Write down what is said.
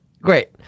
Great